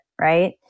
right